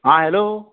आं हॅलो